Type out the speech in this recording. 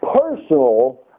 personal